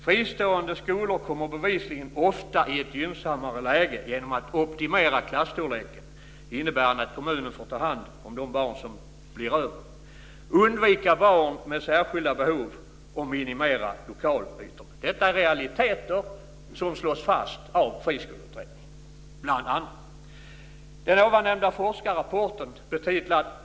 Fristående skolor kommer bevisligen ofta i ett gynnsammare läge genom att optimera klasstorleken, dvs. undvika barn med särskilda behov och minimera lokalytorna. Det innebär att kommunen får ta hand om de barn som "blir över". Detta är realiteter som slås fast av Friskoleutredningen.